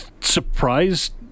surprised